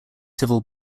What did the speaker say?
civil